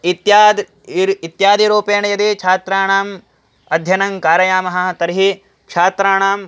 इत्यादि इर् इत्यादिरूपेण यदि छात्राणाम् अध्ययनं कारयामः तर्हि छात्राणाम्